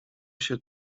się